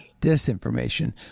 disinformation